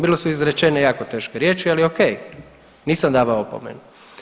Bile su izrečene jako teške riječi, ali ok nisam davao opomenu.